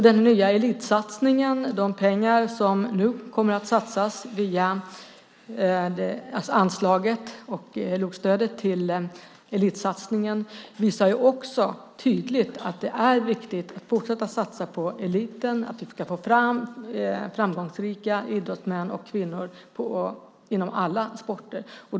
Den nya elitsatsningen, de pengar som nu kommer att satsas via anslaget och LOK-stödet till elitsatsningen, visar ju också tydligt att det är viktigt att fortsätta satsa på eliten för att vi ska få fram framgångsrika idrottsmän och kvinnor inom alla sporter.